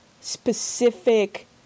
specific